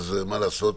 מה לעשות,